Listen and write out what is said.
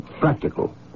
practical